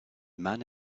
man